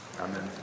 Amen